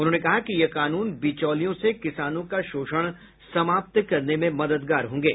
उन्होंने कहा कि ये कानून बिचौलियों से किसानों का शोषण समाप्त करने में मददगार होंगे